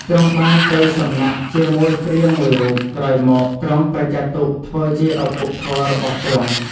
ទ្រង់បានទៅសំណាក់ជាមួយព្រាហ្មណ៍មួយរូប ក្រោយមកទ្រង់ក៏ចាត់ទុកធ្វើជាឪពុកធម៌របស់ទ្រង់។